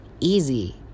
easy